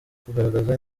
kugaragaza